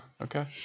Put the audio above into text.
okay